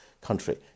country